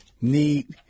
need